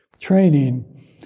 training